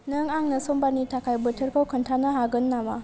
नों आंनो समबारनि थाखाय बोथोरखौ खोन्थानो हागोन नामा